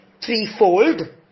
threefold